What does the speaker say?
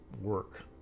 work